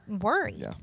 worried